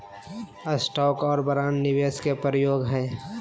stock आर bond निवेश के प्रकार हय